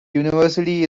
university